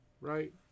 right